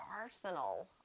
arsenal